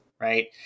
Right